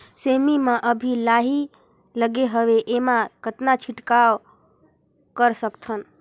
सेमी म अभी लाही लगे हवे एमा कतना छिड़काव कर सकथन?